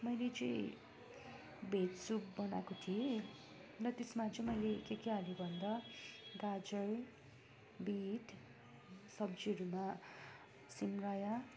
मैले चाहिँ भेज सुप बनाएको थिएँ र त्यसमा चाहिँ मैले के के हालेँ भन्दा गाजर बिट सब्जीहरूमा सिमरायो